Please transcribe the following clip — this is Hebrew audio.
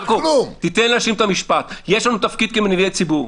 יש לנו תפקיד כמנהיגי ציבור.